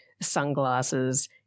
sunglasses